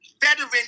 veteran